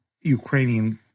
Ukrainian